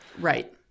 Right